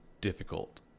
difficult